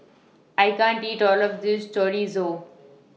I can't eat All of This Chorizo